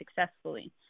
successfully